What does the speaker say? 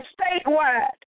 statewide